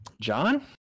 John